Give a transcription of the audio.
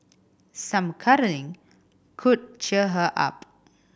some cuddling could cheer her up